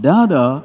Dada